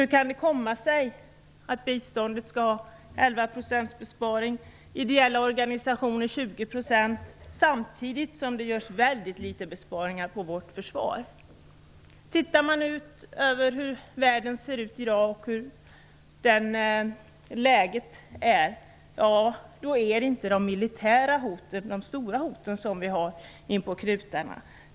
Hur kan det komma sig att det skall sparas 11 % på biståndet och 20 % på ideella organisationer samtidigt som det görs väldigt litet besparingar på vårt försvar? Ser man till hur världen ser ut i dag och hur läget är är det inte de militära hoten som är de stora hot vi har inpå knutarna.